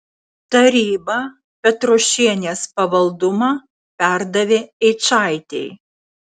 taryba petrošienės pavaldumą perdavė eičaitei